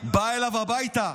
בא אליו הביתה.